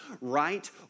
Right